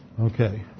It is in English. Okay